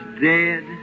dead